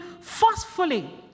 forcefully